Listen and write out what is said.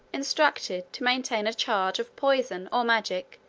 instructed to maintain a charge of poison, or magic,